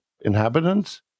inhabitants